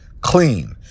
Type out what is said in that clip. clean